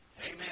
Amen